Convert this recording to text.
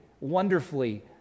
wonderfully